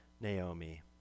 Naomi